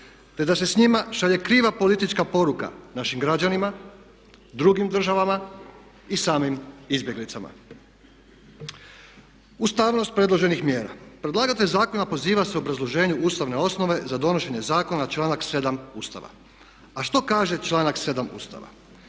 te da se s njima šalje kriva politička poruka našim građanima, drugim državama i samim izbjeglicama. Ustavnost predloženih mjera, predlagatelj zakona poziva se u obrazloženju ustavne osnove za donošenje zakona članak 7. Ustava. A što kaže članak 7. Ustava?